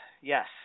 yes